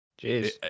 Jeez